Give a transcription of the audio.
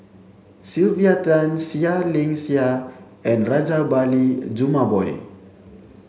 Sylvia Tan Seah Liang Seah and Rajabali Jumabhoy